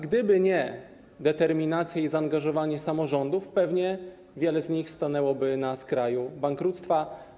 Gdyby nie determinacja i zaangażowanie samorządów, pewnie wiele z nich stanęłoby na skraju bankructwa.